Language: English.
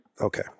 Okay